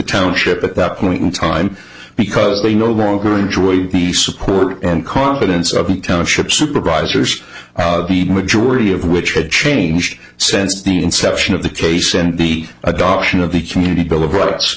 township at that point in time because they no longer enjoyed the support and confidence of the town ship supervisors the majority of which have changed since the inception of the case and the adoption of the community bill of rights